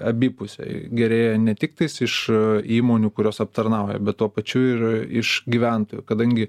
abipusiai gerėja ne tiktais iš įmonių kurios aptarnauja bet tuo pačiu ir iš gyventojų kadangi